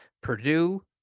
Purdue